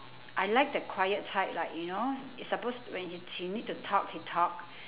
I like the quiet type like you know it's supposed when he she need to talk he talk